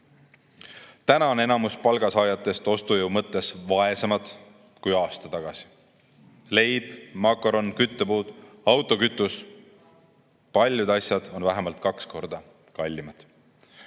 Täna on enamik palgasaajatest ostujõu mõttes vaesemad kui aasta tagasi. Leib, makaron, küttepuud, autokütus – paljud asjad on vähemalt kaks korda kallimad.